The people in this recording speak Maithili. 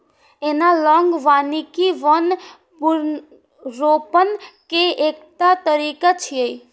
एनालॉग वानिकी वन पुनर्रोपण के एकटा तरीका छियै